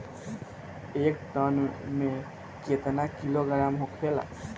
एक टन मे केतना किलोग्राम होखेला?